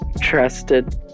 trusted